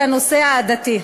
את הנושא העדתי.